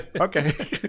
okay